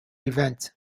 event